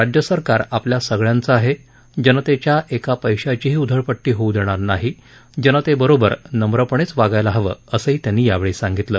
राज्य सरकार आपल्या सगळ्यांचं आहे जनतेच्या एका पैशाचीही उधळपट्टी होऊ देणार नाही जनतेबरोबर नम्रपणेच वागायला हवं असंही त्यांनी यावेळी सांगितलं